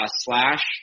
slash –